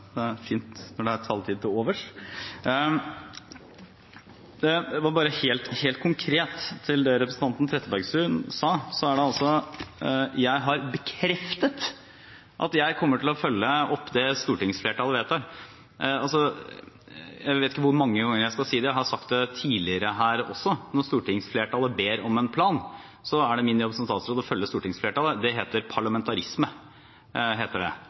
er taletid til overs. Bare helt konkret til det som representanten Trettebergstuen sa: Jeg har bekreftet at jeg kommer til å følge opp det stortingsflertallet vedtar. Jeg vet ikke hvor mange ganger jeg skal si det – jeg har sagt det tidligere her også at når stortingsflertallet ber om en plan, er det min jobb som statsråd å følge stortingsflertallet. Det heter parlamentarisme. Så jeg har bekreftet det.